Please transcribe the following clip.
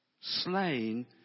slain